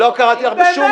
לא, לא קראתי לך בשום שם.